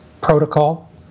protocol